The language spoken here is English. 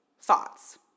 thoughts